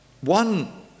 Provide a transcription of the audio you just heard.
one